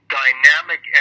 dynamic